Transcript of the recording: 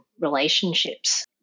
relationships